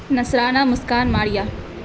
Nazrana Muskan Maria